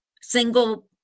single